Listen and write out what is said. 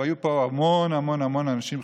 והיו פה המון המון המון אנשים,